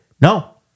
No